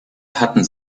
hatten